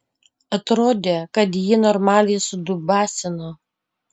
atrodė kad jį normaliai sudubasino